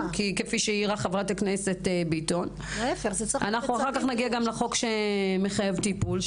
כפי שהעירה חברת הכנסת ביטון אנחנו אחר כך נגיע גם לחוק שמחייב טיפול,